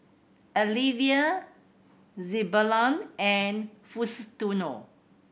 Alivia Zebulon and Faustino